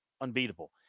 unbeatable